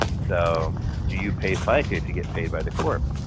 so do you pay fica if you get paid by the corp?